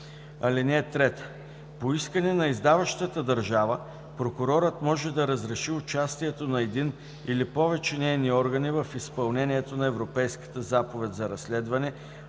държава. (3) По искане на издаващата държава прокурорът може да разреши участието на един или повече нейни органи в изпълнението на Европейската заповед за разследване,